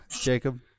Jacob